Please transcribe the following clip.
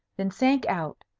then sank out,